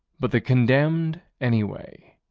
but the condemned, anyway.